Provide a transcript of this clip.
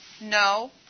No